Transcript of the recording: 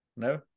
No